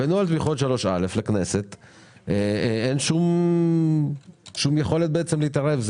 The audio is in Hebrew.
בנוהל תמיכות לפי סעיף 3א לכאורה לנו כחברי כנסת אין שום יכולת להתערב,